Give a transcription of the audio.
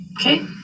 okay